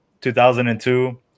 2002